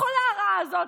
החולה הרעה הזאת,